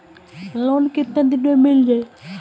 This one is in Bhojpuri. लोन कितना दिन में मिल जाई?